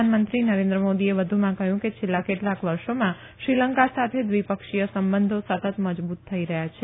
પ્રધાનમંત્રી નરેન્દ્ર મોદીએ વધુમાં કહયું કે છેલ્લા કેટલાક વર્ષોમાં શ્રીલંકા સાથે દ્વિપક્ષીય સંબંધો સતત મજબુત થઈ રહયાં છે